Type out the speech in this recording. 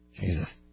Jesus